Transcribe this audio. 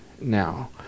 now